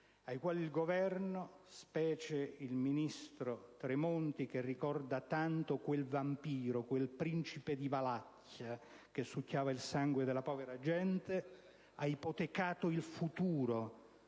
ai quali il Governo, specie il ministro Tremonti - che ricorda tanto quel vampiro, quel principe di Valacchia che succhiava il sangue della povera gente - ha ipotecato il futuro,